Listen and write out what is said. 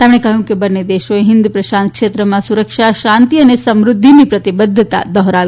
તેમણે કહ્યું કે બંને દેશોએ હિન્દપ્રશાંત ક્ષેત્રમાં સુરક્ષા શાંતિ અને સમૃદ્ધિની પ્રતિબદ્વતા દોહરાવી